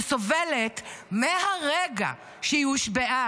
שסובלת מהרגע שהיא הושבעה,